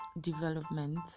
development